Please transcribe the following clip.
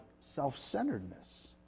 self-centeredness